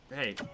Hey